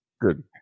good